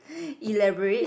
elaborate